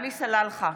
עלי סלאלחה,